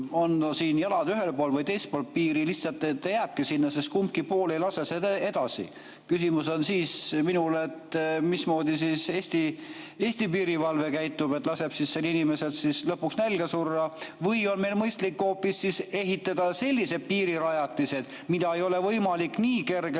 on jalad ühel pool või teisel pool piiri, lihtsalt ta jääbki sinna, sest kumbki pool ei lase edasi. Küsimus on, mismoodi Eesti piirivalve käitub: kas laseb sel inimesel lõpuks nälga surra või on meil mõistlik hoopis ehitada sellised piirirajatised, mida ei ole võimalik nii kergelt